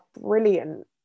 brilliant